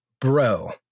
Bro